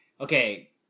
okay